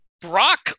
Brock